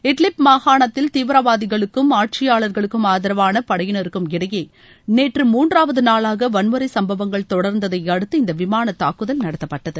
Idlib மாகாணத்தில் தீவிரவாதிகளுக்கும் அட்சியாளர்களுக்கு அதரவான படையினருக்கும் இடையே நேற்று மூன்றாவது நாளாக வன்முறை சம்பவங்கள் தொடர்ந்ததை அடுத்து இந்த விமாள தாக்குதல் நடத்தப்பட்டது